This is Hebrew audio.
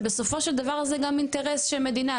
שבסופו של דבר זה גם אינטרס של מדינה.